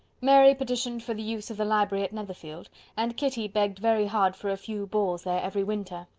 mary petitioned for the use of the library at netherfield and kitty begged very hard for a few balls there every winter.